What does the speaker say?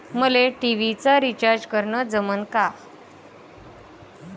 मले टी.व्ही चा रिचार्ज करन जमन का?